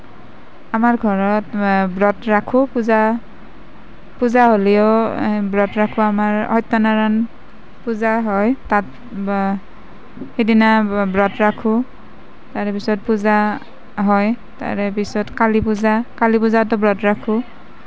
আমাৰ ঘৰত ব্ৰত ৰাখোঁ পূজা পূজা হ'লেও ব্ৰত ৰাখোঁ আমাৰ সত্যনাৰায়ণ